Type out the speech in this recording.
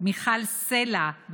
מיכל סלה,